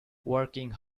working